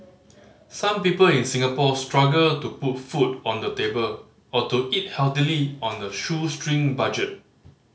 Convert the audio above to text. some people in Singapore struggle to put food on the table or to eat healthily on a shoestring budget